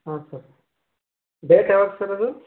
ಹಾಂ sir date ಯಾವಾಗ್ sir ಅದು